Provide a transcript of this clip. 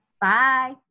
bye